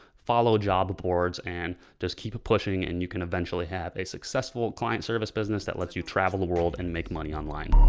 follow job reports and just keep it pushing and you can eventually have a successful client service business that lets you travel the world and make money on like